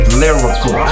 lyrical